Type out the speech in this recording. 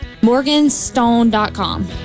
Morganstone.com